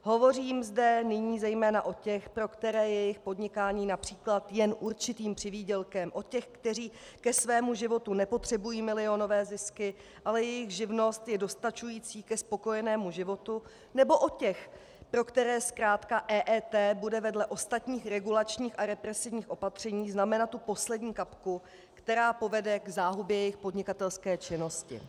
Hovořím zde nyní zejména o těch, pro které je jejich podnikání například jen určitým přivýdělkem, o těch, kteří ke svému životu nepotřebují milionové zisky, ale jejich živnost je dostačující ke spokojenému životu, nebo o těch, pro které zkrátka EET bude vedle ostatních regulačních a represivních opatření znamenat tu poslední kapku, která povede k záhubě jejich podnikatelské činnosti. .